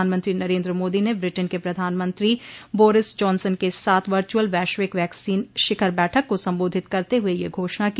प्रधानमंत्री नरेन्द्र मोदी ने ब्रिटेन के प्रधानमंत्री बोरिस जॉनसन के साथ वर्च्रअल वैश्विक वैक्सीन शिखर बैठक को संबोधित करते हुए यह घोषणा की